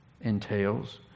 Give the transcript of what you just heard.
entails